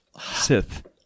sith